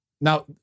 Now